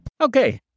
Okay